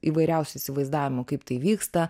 įvairiausių įsivaizdavimų kaip tai vyksta